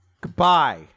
Goodbye